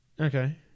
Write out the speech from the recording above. okay